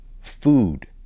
food